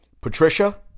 Patricia